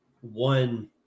one